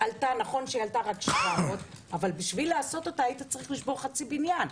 עלתה רק 700 אבל כדי לבצע היה צריך לשבור חצי בניין,